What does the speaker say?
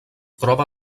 troba